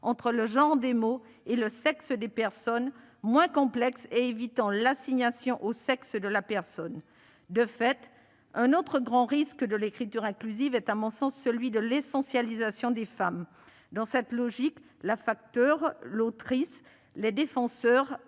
entre le genre des mots et le sexe des personnes, moins complexe et permettant d'éviter l'assignation au sexe de la personne. De fait, un autre grand risque de l'écriture inclusive est à mon sens celui de l'essentialisation des femmes. Dans cette logique, la facteure, l'autrice, les défenseures,